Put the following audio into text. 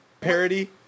parody